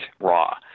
raw